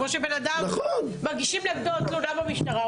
כמו שבן אדם מגישים נגדו תלונה במשטרה,